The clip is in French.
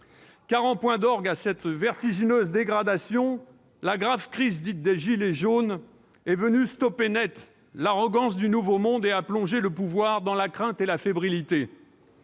! En point d'orgue de cette vertigineuse dégradation, la grave crise dite des « gilets jaunes » est venue stopper net l'arrogance du « nouveau monde » et a plongé le pouvoir dans la crainte et la fébrilité.